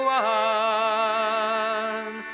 one